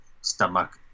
stomach